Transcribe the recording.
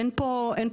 אין פה כלל,